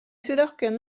swyddogion